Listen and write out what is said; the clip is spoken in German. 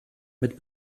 mit